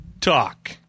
talk